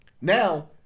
Now